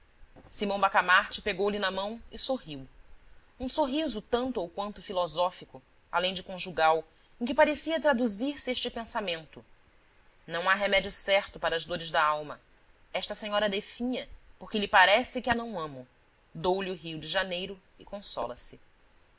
proposta simão bacamarte pagou-lhe na mão e sorriu um sorriso tanto ou quanto filosófico além de conjugal em que parecia traduzir se este pensamento não há remédio certo para as dores da alma esta senhora definha porque lhe parece que a não amo dou-lhe o rio de janeiro e consola-se